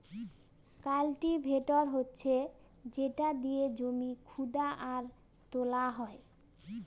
cultivator হচ্ছে যেটা দিয়ে জমি খুদা আর তোলা হয়